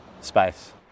space